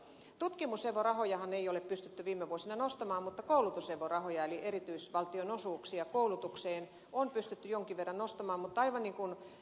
tutkimuksen evo rahoja ei ole pystytty viime vuosina nostamaan mutta koulutuksen evo rahoja eli erityisvaltionosuuksia koulutukseen on pystytty jonkin verran nostamaan mutta aivan niin kuin ed